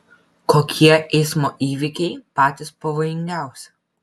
kokie eismo įvykiai patys pavojingiausi